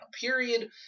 period